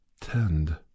tend